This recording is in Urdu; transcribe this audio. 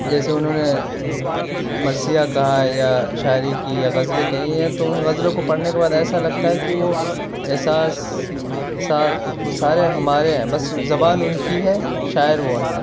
جیسے انہوں نے مرثیہ کہا ہے یا شاعری کی غزلیں کہیں ہیں تو ان غزلوں کو پڑھنے کے بعد ایسا لگتا ہے کہ وہ احساس وہ سارے ہمارے ہیں بس زبان کی ہے شاعر وہ ہیں